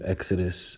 Exodus